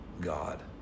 God